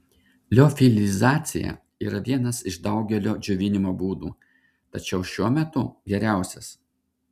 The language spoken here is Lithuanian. liofilizacija yra vienas iš daugelio džiovinimo būdų tačiau šiuo metu geriausias